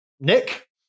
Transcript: Nick